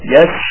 Yes